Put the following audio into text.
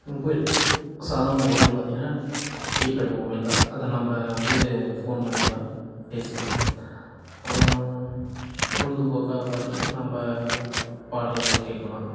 mobile சாதா மொபைல்ன்னு பார்த்திங்கன்னா கீபேடு மொபைல் தான் அதில் நம்ம வந்து ஃபோன் பண்ணிக்கலாம் பேசலாம் பொழுதுபோக்காக பார்த்திங்கன்னா நம்ம பாடல்கள் கேட்கலாம்